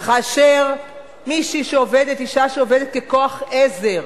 וכאשר מישהי שעובדת, אשה שעובדת ככוח-עזר